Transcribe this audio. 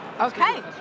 Okay